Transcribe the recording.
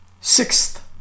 Sixth